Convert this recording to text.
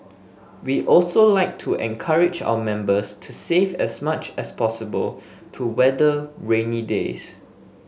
we also like to encourage our members to save as much as possible to weather rainy days